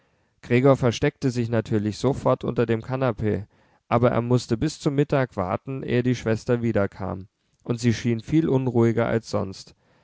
gregor versteckte sich natürlich sofort unter dem kanapee aber er mußte bis zum mittag warten ehe die schwester wiederkam und sie schien viel unruhiger als sonst